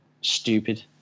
stupid